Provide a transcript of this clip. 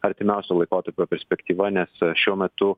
artimiausio laikotarpio perspektyva nes šiuo metu